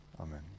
amen